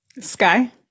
Sky